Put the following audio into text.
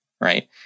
right